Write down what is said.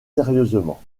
sérieusement